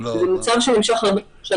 והוא נמשך שנים רבות.